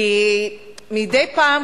כי מדי פעם,